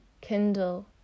kindle